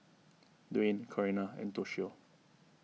Dwain Corina and Toshio